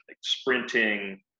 sprinting